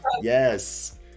Yes